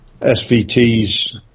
SVTs